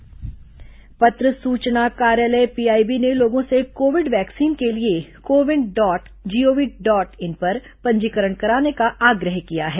PIB vaccine पत्र सूचना कार्यालय पीआईबी ने लोगों से कोविड वैक्सीन के लिए CoWIN dot G O V dot in पर पंजीकरण कराने का आग्रह किया है